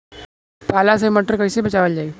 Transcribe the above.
पाला से मटर कईसे बचावल जाई?